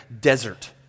desert